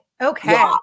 okay